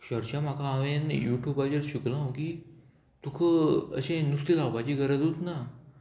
चडशें म्हाका हांवें यूट्युबाचेर शिकलो हांव की तुका अशें नुस्तें लावपाची गरजूच ना